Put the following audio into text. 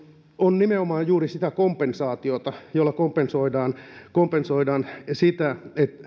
on nimenomaan juuri sitä kompensaatiota jolla kompensoidaan ja se on sitä että